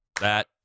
That-